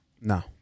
No